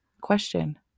question